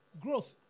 growth